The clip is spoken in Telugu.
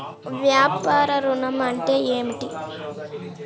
వ్యాపార ఋణం అంటే ఏమిటి?